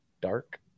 dark